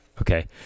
Okay